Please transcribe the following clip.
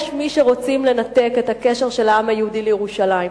יש מי שרוצים לנתק את הקשר של העם היהודי לירושלים.